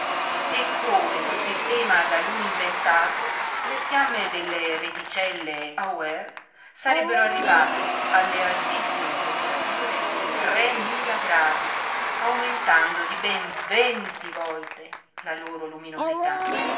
e come col sistema da lui inventato le fiamme delle reticelle auer sarebbero arrivate alle altissime temperature di tre mila gradi aumentando di ben venti volte la loro luminosità